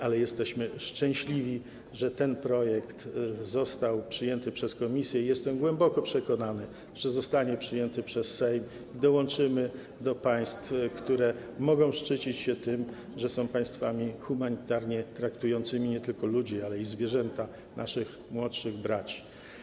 Ale jesteśmy szczęśliwi, że ten projekt został przyjęty przez komisję, i jestem głęboko przekonany, że zostanie przyjęty przez Sejm i dołączymy do państw, które mogą szczycić się tym, że są państwami humanitarnie traktującymi nie tylko ludzi, ale i zwierzęta, naszych młodszych braci.